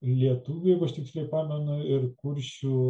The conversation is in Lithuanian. lietuviai jeigu aš tiksliai pamenu ir kuršių